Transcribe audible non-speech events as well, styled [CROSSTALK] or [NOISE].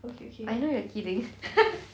I know you're kidding [LAUGHS]